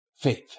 Faith